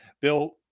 Bill